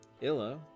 illa